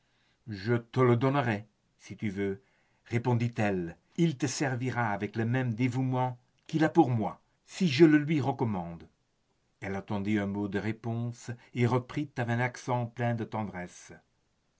je te le donnerai si tu veux répondit-elle il te servira avec le même dévouement qu'il a pour moi si je le lui recommande elle attendit un mot de réponse et reprit avec un accent plein de tendresse